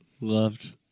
loved